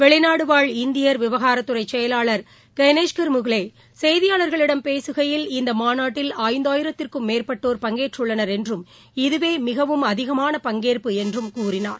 வெளிநாடுவாழ் இந்தியர் விவாகாரத் துறைசெயலாளர் கைநேஷ்வர் முலேசெய்தியாளர்களிடம் பேசகையில் இந்தமாநாட்டில் ஐந்துஆயிரத்துக்கும் மேற்பட்டோர் பங்கேற்றள்ளனர் என்றும் இதவேமிகவும் அதிகமான பங்கேற்பு என்றும் கூறினார்